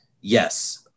Yes